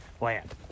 land